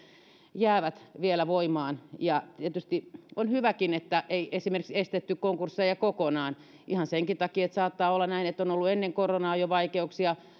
jäävät vielä voimaan ja tietysti on hyväkin että ei esimerkiksi estetty konkursseja kokonaan ihan senkin takia että saattaa olla näin että on on ollut ennen koronaa jo vaikeuksia